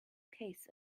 case